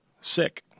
Sick